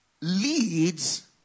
leads